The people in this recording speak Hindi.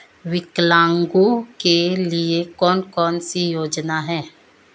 विकलांगों के लिए कौन कौनसी योजना है?